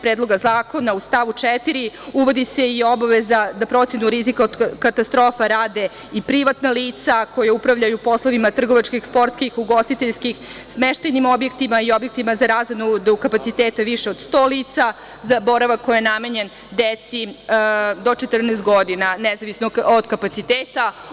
Predloga zakona, u stavu 4. uvodi se i obaveza da procenu rizika od katastrofa rade i privatna lica koja upravljaju poslovima trgovačkih, sportskih, ugostiteljskim, smeštajnim objektima i objektima za razonodu kapaciteta više od 100 lica, za boravak koji je namenjen deci do 14 godina, nezavisno od kapaciteta.